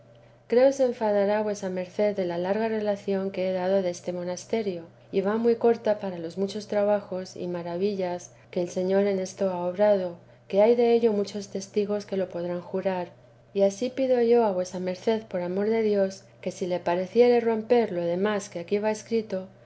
creo se enfadará vuesa merced de la larga relación que he dado deste monasterio y va muy corta para los muchos trabajos y maravillas que el señor en esto ha obrado que hay dello muchos testigos que lo podrán jurar y ansí pido yo a vuesa merced por amor de dios que si le pareciere romper lo demás que aquí va escrito